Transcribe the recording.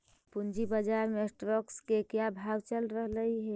पूंजी बाजार में स्टॉक्स के क्या भाव चल रहलई हे